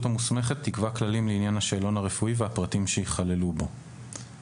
המוסמכת תקבע כללים לעניין השאלון הרפואי והפרטים שייכללו בו,